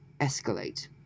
escalate